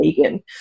vegan